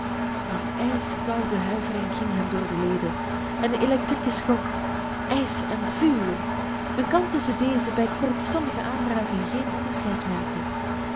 en een ijskoude huivering ging hem door de leden een electrieke schok ijs en vuur men kan tusschen deze bij de kortstondige aanraking geen onderscheid merken